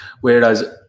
whereas